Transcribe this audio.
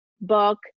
book